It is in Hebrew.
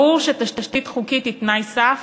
ברור שתשתית חוקית היא תנאי סף,